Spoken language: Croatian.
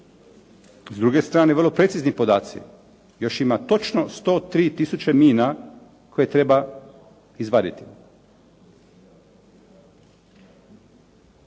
S druge strane vrlo precizni podaci, još ima točno 103 tisuće mina koje treba izvaditi.